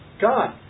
God